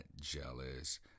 jealous